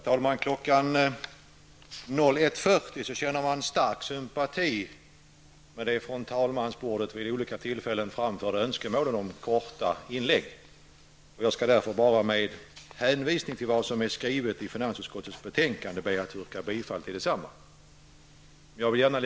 Herr talman! Kl. 01.40 känner man stark sympati för det från talmansbordet vid olika tillfällen framförda önskemålet om korta inlägg. Jag skall därför bara med hänvisning till vad som är skrivet i finansutskottets betänkande be att få yrka bifall till hemställan i det samma.